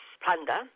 plunder